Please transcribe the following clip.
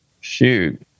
shoot